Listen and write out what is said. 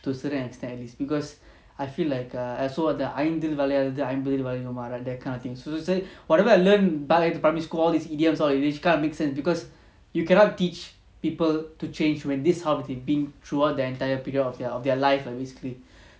to a certain extent at least because I feel like err so ஐந்தில்வளையாததுஐம்பதில்வளையுமா:ainthil valayathathu aimbathil valayuma that kind of thing so to say whatever I learn back in the primary school all this idioms all this english kind of make sense because you cannot teach people to change when this is how they've been throughout their entire period of their of their life lah basically